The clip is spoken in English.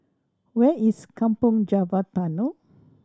where is Kampong Java Tunnel